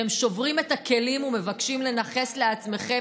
אתם שוברים את הכלים ומבקשים לנכס לעצמכם